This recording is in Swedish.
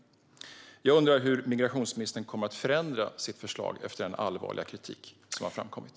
Jag undrar hur migrationsministern kommer att förändra sitt förslag efter den allvarliga kritik som har framkommit.